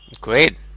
Great